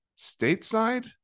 stateside